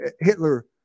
Hitler